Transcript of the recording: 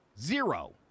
zero